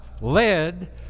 led